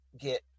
get